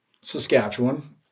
Saskatchewan